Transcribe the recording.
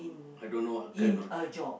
I don't know what kind one